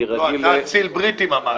לא, אתה אציל בריטי ממש.